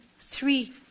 three